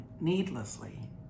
needlessly